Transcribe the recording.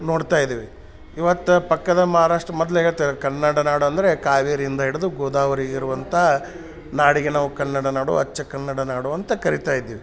ನೋಡ್ತಾಯಿದ್ದೀವಿ ಇವತ್ತು ಪಕ್ಕದ ಮಾರಷ್ಟ್ರ ಮೊದಲೇ ಹೇಳ್ತಾರೆ ಕನ್ನಡ ನಾಡಂದರೆ ಕಾವೇರಿಯಿಂದ ಹಿಡ್ದು ಗೋದಾವರಿ ಇರುವಂಥ ನಾಡಿಗೆ ನಾವು ಕನ್ನಡ ನಾಡು ಅಚ್ಚ ಕನ್ನಡ ನಾಡು ಅಂತ ಕರಿತಾಯಿದ್ದೀವಿ